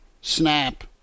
snap